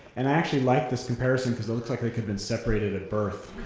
and i actually like this comparison cause i looks like they could've been separated at birth